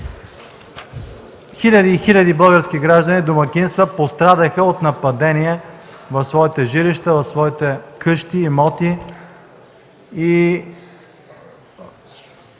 Хиляди и хиляди български граждани, домакинства пострадаха от нападения в своите жилища, своите къщи, имоти и